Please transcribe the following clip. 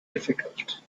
difficult